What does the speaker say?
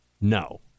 no